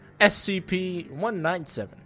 SCP-197